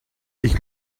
ich